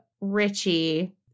Richie